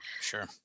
Sure